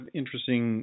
interesting